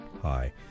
Hi